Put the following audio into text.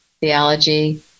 Theology